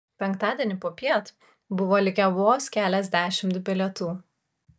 penktadienį popiet buvo likę vos keliasdešimt bilietų